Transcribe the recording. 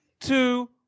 two